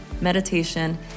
meditation